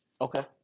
Okay